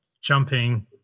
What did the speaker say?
jumping